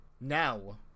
now